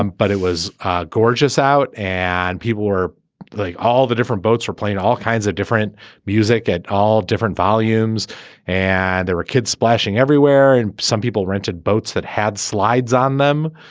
but it was gorgeous out and people were like all the different boats were playing all kinds of different music at all different volumes and there were kids splashing everywhere and some people rented boats that had slides on them.